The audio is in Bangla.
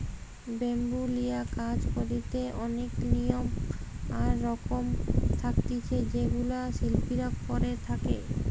ব্যাম্বু লিয়া কাজ করিতে অনেক নিয়ম আর রকম থাকতিছে যেগুলা শিল্পীরা করে থাকে